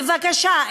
בבקשה,